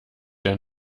der